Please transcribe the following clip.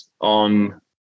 on